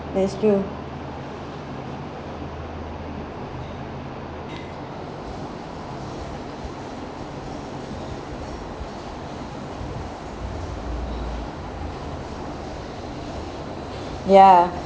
that's true ya